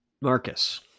Marcus